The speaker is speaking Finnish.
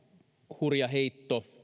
hurja heitto